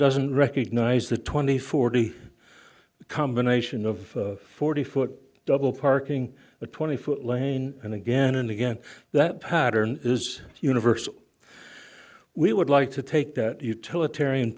doesn't recognise the twenty forty combination of forty foot double parking a twenty foot lane and again and again that pattern is universal we would like to take that utilitarian